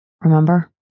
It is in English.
remember